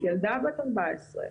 ילדה בת 14,